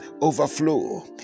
overflow